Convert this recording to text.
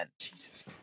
Jesus